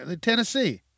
Tennessee